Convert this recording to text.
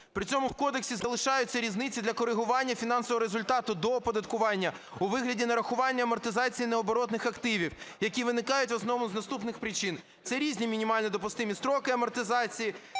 При цьому в кодексі залишаються різниці для коригування фінансового результату до оподаткування у вигляді нарахування амортизації необоротних активів, які виникають в основному з наступних причин: це різні мінімальні допустимі строки амортизації